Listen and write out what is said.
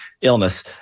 illness